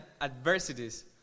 adversities